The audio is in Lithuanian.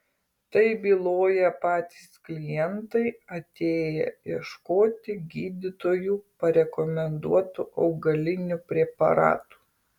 tai byloja patys klientai atėję ieškoti gydytojų parekomenduotų augalinių preparatų